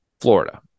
florida